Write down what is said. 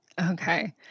Okay